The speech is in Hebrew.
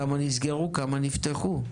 כמה נסגרו, כמה נפתחו.